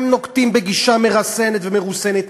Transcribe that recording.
הם נוקטים גישה מרסנת ומרוסנת.